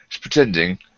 pretending